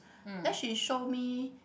then she show me